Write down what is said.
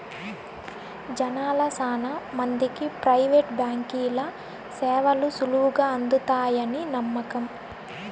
జనాల్ల శానా మందికి ప్రైవేటు బాంకీల సేవలు సులువుగా అందతాయని నమ్మకం